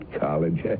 College